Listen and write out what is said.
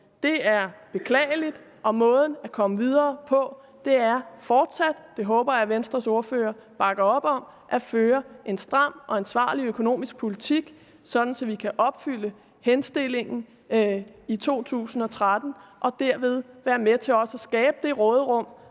Det er beklageligt, og måden at komme videre på er fortsat – det håber jeg at Venstres ordfører bakker op om – at føre en stram og ansvarlig økonomisk politik, sådan at vi kan opfylde henstillingen i 2013 og derved være med til også at skabe det råderum,